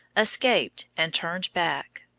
escaped and turned back.